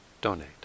donate